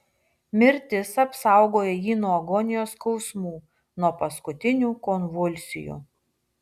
mirtis apsaugojo jį nuo agonijos skausmų nuo paskutinių konvulsijų